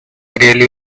really